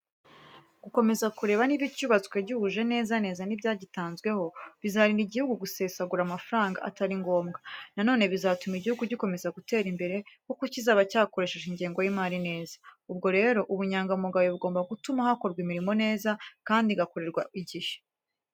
Gukomeza kureba niba icyubatswe gihuje neza neza nibyagitanzweho, bizarinda igihugu gusesagura amafaranga atari ngombwa. Na none bizatuma igihugu gikomeza gutera imbere, kuko kizaba cyakoresheje ingengo y'imari neza. Ubwo rero ubunyangamugayo bugomba gutuma hakorwa imirimo neza kandi igakorerwa igihe.